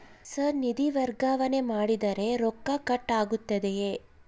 Sir ನಿಧಿ ವರ್ಗಾವಣೆ ಮಾಡಿದರೆ ರೊಕ್ಕ ಕಟ್ ಆಗುತ್ತದೆಯೆ?